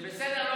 זה בסדר.